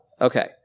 Okay